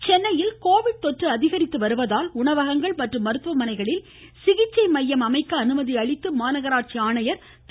பிரகாஷ் சென்னையில் கோவிட் தொற்று அதிகரித்து வருவதால் உணவகங்கள் மற்றும் மருத்துவமனைகளில் சிகிச்சை மையம் அமைக்க அனுமதி அளித்து மாநகராட்சி ஆணையர் திரு